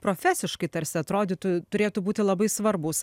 profesiškai tarsi atrodytų turėtų būti labai svarbūs